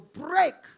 break